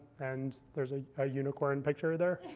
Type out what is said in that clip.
and there's a ah unicorn picture there.